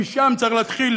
משם צריך להתחיל